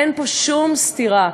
אין פה שום סתירה.